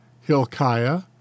Hilkiah